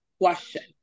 question